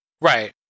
Right